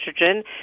estrogen